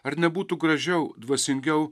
ar nebūtų gražiau dvasingiau